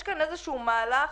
יש כאן איזשהו מהלך